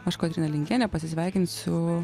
aš kotryna lingienė pasisveikinsiu